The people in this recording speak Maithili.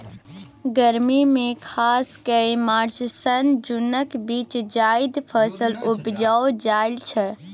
गर्मी मे खास कए मार्च सँ जुनक बीच जाएद फसल उपजाएल जाइ छै